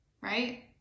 right